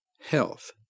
health